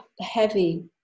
heavy